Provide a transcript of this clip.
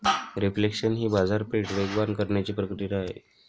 reflation ही बाजारपेठ वेगवान करण्याची प्रक्रिया आहे